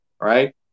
right